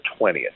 20th